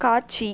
காட்சி